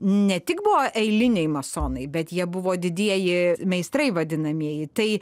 ne tik buvo eiliniai masonai bet jie buvo didieji meistrai vadinamieji tai